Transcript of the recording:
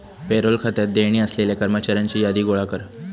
payroll खात्यात देणी असलेल्या कर्मचाऱ्यांची यादी गोळा कर